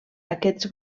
aquests